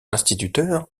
instituteur